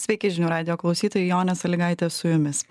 sveiki žinių radijo klausytojai jonė salygaitė su jumis